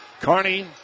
Carney